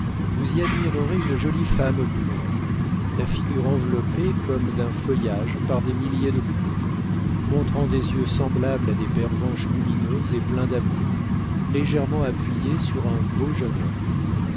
vous y admirez une jolie femme blonde la figure enveloppée comme d'un feuillage par des milliers de boucles montrant des yeux semblables à des pervenches lumineuses et pleins d'amour légèrement appuyée sur un beau jeune homme